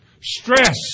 Stress